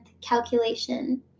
calculation